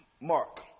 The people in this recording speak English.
Mark